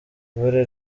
ibara